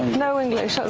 no english.